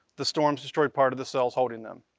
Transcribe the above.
the storms destroyed part of the cells holding them.